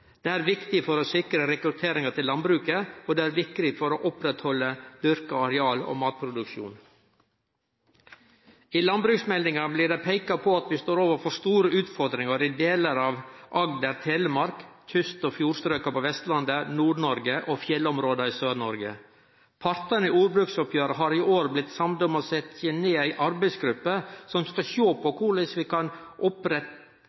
Det er viktig for å sikre rekrutteringa til landbruket, og det er viktig for å oppretthalde dyrka areal og matproduksjon. I landbruksmeldinga blei det peika på at vi står overfor store utfordringar i delar av Agder/Telemark, kyst- og fjordstrøka på Vestlandet, Nord-Noreg og fjellområda i Sør-Noreg. Partane i jordbruksoppgjeret har i år blitt samde om å setje ned ei arbeidsgruppe som skal sjå på